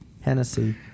Hennessy